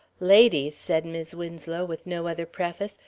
ladies, said mis' winslow, with no other preface,